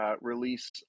Release